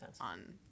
on